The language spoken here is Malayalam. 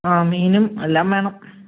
ആ മീനും എല്ലാ വേണം